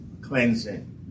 cleansing